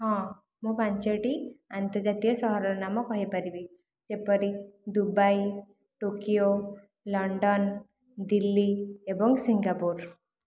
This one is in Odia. ହଁ ମୁଁ ପାଞ୍ଚୋଟି ଆନ୍ତର୍ଜାତୀୟ ସହରର ନାମ କହି ପାରିବି ଯେପରି ଦୁବାଇ ଟୋକିଓ ଲଣ୍ଡନ ଦିଲ୍ଲୀ ଏବଂ ସିଙ୍ଗାପୁର